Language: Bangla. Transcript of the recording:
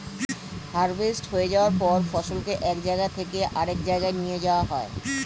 হার্ভেস্ট হয়ে যাওয়ার পর ফসলকে এক জায়গা থেকে আরেক জায়গায় নিয়ে যাওয়া হয়